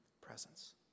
presence